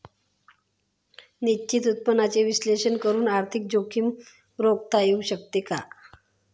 निश्चित उत्पन्नाचे विश्लेषण करून आर्थिक जोखीम रोखता येऊ शकते का?